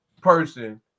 person